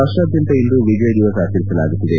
ರಾಷ್ಟಾದ್ಯಂತ ಇಂದು ವಿಜಯ್ ದಿವಸ್ ಆಚರಿಸಲಾಗುತ್ತಿದೆ